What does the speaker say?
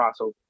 crossover